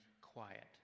quiet